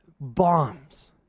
bombs